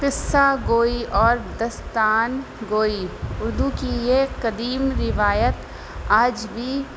قصہ گوئی اور داستان گوئی اردو کی یہ قدیم روایت آج بھی